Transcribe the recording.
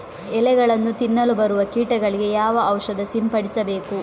ಎಲೆಗಳನ್ನು ತಿನ್ನಲು ಬರುವ ಕೀಟಗಳಿಗೆ ಯಾವ ಔಷಧ ಸಿಂಪಡಿಸಬೇಕು?